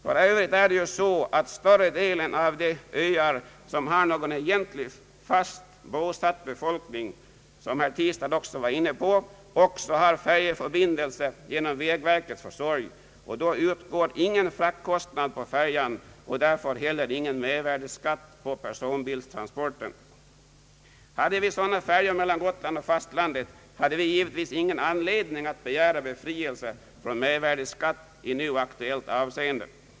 För övrigt är det så att större delen av de öar som har någon egentlig fast bosatt befolkning — såsom herr Tistad också var inne på — även har färjeförbindelse genom vägverkets försorg, och då utgår ingen fraktkostnad på färjan och därför heller ingen mervärdeskatt på personbilstransporten. Hade vi sådana färjor mellan Gotland och fastlandet, hade vi givetvis ingen anledning att begära befrielse från mervärdeskatt i nu aktuellt avseende.